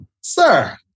Sir